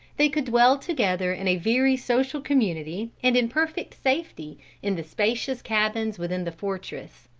they could dwell together in a very social community and in perfect safety in the spacious cabins within the fortress.